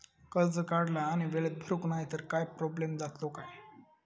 कर्ज काढला आणि वेळेत भरुक नाय तर काय प्रोब्लेम जातलो काय?